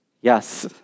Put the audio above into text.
Yes